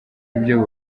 ibyo